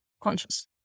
conscious